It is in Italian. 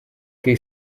che